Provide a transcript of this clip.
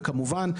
וכמובן,